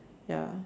ya